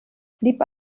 blieb